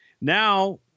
Now